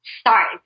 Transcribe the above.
Start